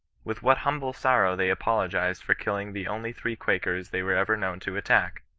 with what humble sorrow they apologized for killing the only three quakers they were ever known to attack!